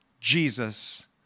Jesus